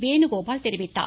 வேணுகோபால் தெரிவித்துள்ளார்